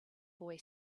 boy